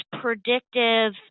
predictive